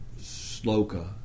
sloka